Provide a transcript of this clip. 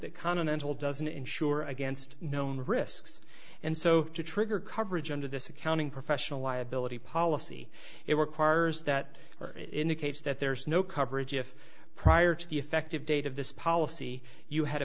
that continental doesn't insure against known risks and so to trigger coverage under this accounting professional liability policy it requires that indicates that there is no coverage if prior to the effective date of this policy you had a